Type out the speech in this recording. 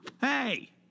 Hey